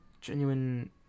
genuine